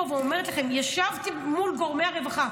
ואומרת לכם שישבתי מול גורמי הרווחה,